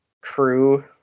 crew